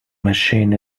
machine